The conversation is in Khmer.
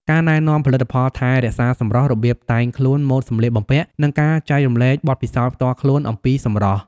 ការណែនាំផលិតផលថែរក្សាសម្រស់ របៀបតែងខ្លួន ម៉ូតសម្លៀកបំពាក់ និងការចែករំលែកបទពិសោធន៍ផ្ទាល់ខ្លួនអំពីសម្រស់។